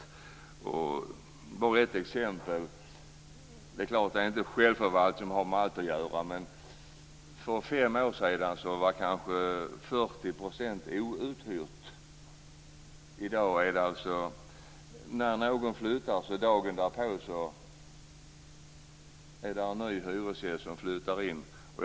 Jag skall ta upp ett exempel. Det är klart att självförvaltningen inte är orsak till allt, men för fem år sedan var kanske 40 % outhyrt. När någon flyttar i dag flyttar en ny hyresgäst in dagen därpå.